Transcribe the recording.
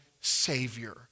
Savior